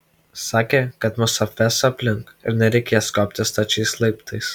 sakė kad mus apves aplink ir nereikės kopti stačiais laiptais